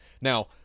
Now